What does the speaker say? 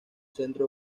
centro